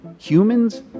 humans